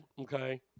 okay